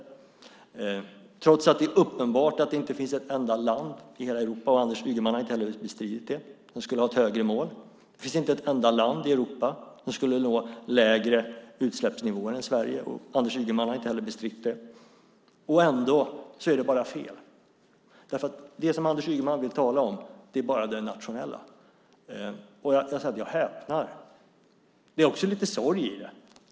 Och trots att det är uppenbart att det inte finns ett enda land i hela Europa, vilket Anders Ygeman inte har bestridit, som har ett högre mål och att det inte finns ett enda land i Europa som når lägre utsläppsnivåer än Sverige - inte heller detta har Anders Ygeman bestridit - är det bara fel. Det enda Anders Ygeman vill tala om är det nationella. Jag häpnar! Det finns också lite sorg i det.